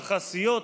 יחסיות,